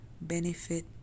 benefit